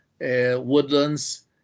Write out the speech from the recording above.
woodlands